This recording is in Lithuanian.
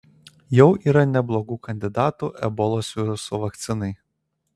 jau yra neblogų kandidatų ebolos viruso vakcinai